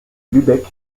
lübeck